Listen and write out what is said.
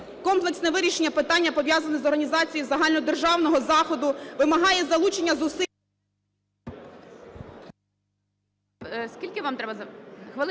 комплексне вирішення питання, пов'язаного з організацією загальнодержавного заходу вимагає залучення зусиль...